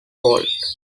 fault